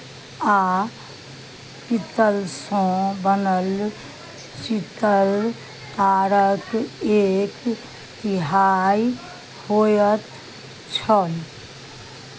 आ पीतलसँ बनल शीतल कारक एक तिहाइ होइत छल